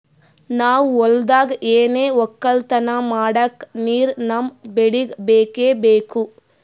ನಾವ್ ಹೊಲ್ದಾಗ್ ಏನೆ ವಕ್ಕಲತನ ಮಾಡಕ್ ನೀರ್ ನಮ್ ಬೆಳಿಗ್ ಬೇಕೆ ಬೇಕು